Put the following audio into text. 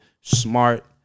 smart